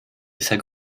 bisher